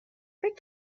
فکر